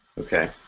okay